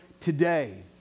today